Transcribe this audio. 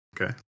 okay